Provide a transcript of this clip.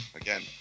Again